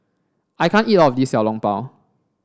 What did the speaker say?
I can't eat all of this Xiao Long Bao